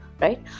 right